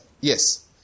Yes